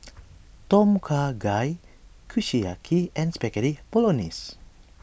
Tom Kha Gai Kushiyaki and Spaghetti Bolognese